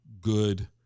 good